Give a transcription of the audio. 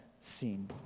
seen